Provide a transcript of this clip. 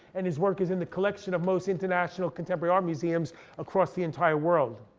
and his work is in the collection of most international contemporary art museums across the entire world.